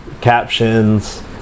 captions